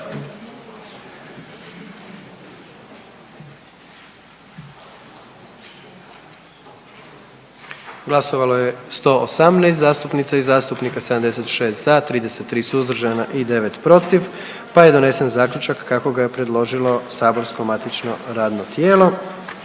Glasovalo je 113 zastupnica i zastupnika, 75 je bilo za, 31 suzdržan i 7 je bio protiv, tako da je donesen zaključak kako ga je predložilo matično radno tijelo.